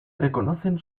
reconocen